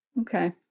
Okay